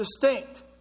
distinct